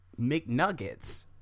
McNuggets